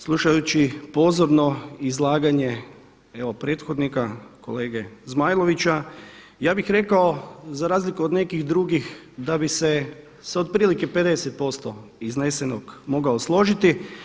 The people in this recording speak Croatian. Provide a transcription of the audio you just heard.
Slušajući pozorno izlaganje evo prethodnika kolege Zmajlovića, ja bih rekao za razliku od nekih drugih da bi se s otprilike 50 posto iznesenog mogao složiti.